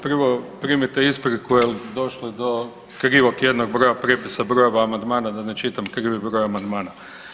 Prvo, primite ispriku jer došlo je do krivog jednog broja prijepisa brojeva amandmana, da ne čitam krivi broj amandmana.